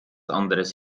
anderes